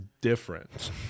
different